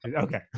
Okay